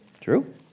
true